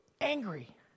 angry